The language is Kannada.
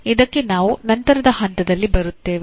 ಇದಕ್ಕೆ ನಾವು ನಂತರದ ಹಂತದಲ್ಲಿ ಬರುತ್ತೇವೆ